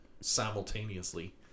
simultaneously